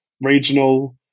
regional